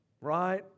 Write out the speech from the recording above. right